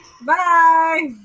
Bye